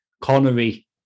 Connery